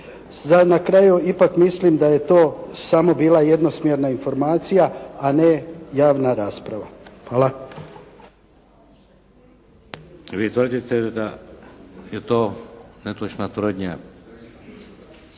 Na kraju ipak mislim da je to samo bila jednosmjerna informacija a ne javna rasprava. Hvala.